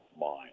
mind